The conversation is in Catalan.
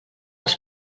els